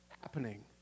happening